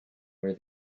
where